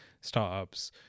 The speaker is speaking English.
startups